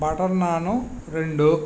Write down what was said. butter naan రెండు